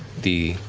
the